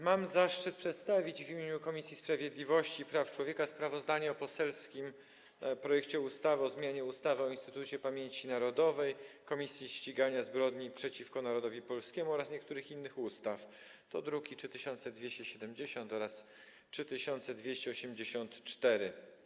Mam zaszczyt przedstawić w imieniu Komisji Sprawiedliwości i Praw Człowieka sprawozdanie o poselskim projekcie ustawy o zmianie ustawy o Instytucie Pamięci Narodowej - Komisji Ścigania Zbrodni przeciwko Narodowi Polskiemu oraz niektórych innych ustaw, druki nr 3270 oraz 3284.